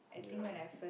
ya